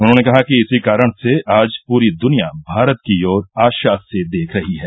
उन्होंने कहा कि इसी कारण से आज पूरी दुनिया भारत की ओर आशा से देख रही है